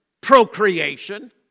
procreation